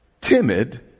timid